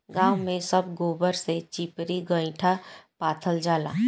गांव में सब गोबर से चिपरी गोइठा पाथल जाला